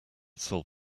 sold